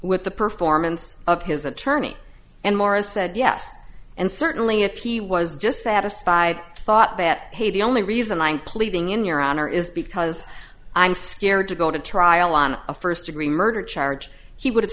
with the performance of his attorney and morris said yes and certainly if he was just satisfied thought that hey the only reason i'm pleading in your honor is because i'm scared to go to trial on a first degree murder charge he would